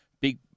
Big